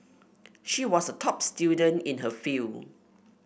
she was a top student in her field